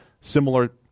Similar